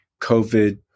COVID